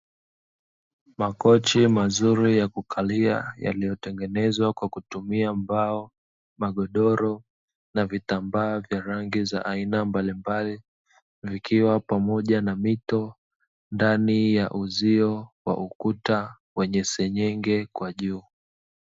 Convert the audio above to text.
Makochi mazuri ya kukalia, yaliyotengenezwa kwa kutumia mbao, magodoro na vitambaa vya rangi za aina mbalimbali, vikiwa pamoja na mito ndani ya uzio wa ukuta wenye sinyenge kwa juu.